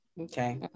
okay